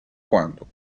quando